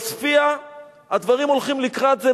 בעוספיא הדברים הולכים לקראת זה,